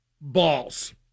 balls